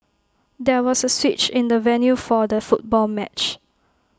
there was A switch in the venue for the football match